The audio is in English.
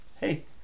Hey